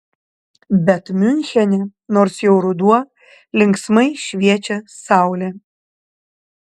bet miunchene nors jau ruduo linksmai šviečia saulė